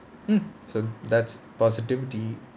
mm so that's positivity